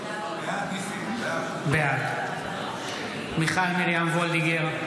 בעד מיכל מרים וולדיגר,